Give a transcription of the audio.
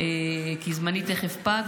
כי זמני תכף פג.